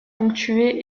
ponctué